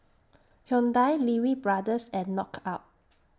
Hyundai Lee Wee Brothers and Knockout